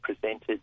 presented